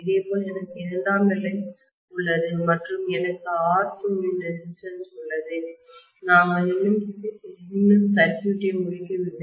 இதேபோல் எனக்கு இங்கே இரண்டாம் நிலை உள்ளது மற்றும் எனக்கு R2 இன் ரெசிஸ்டன்ஸ் உள்ளது நாங்கள் இன்னும் சர்க்யூட் ஐ முடிக்கவில்லை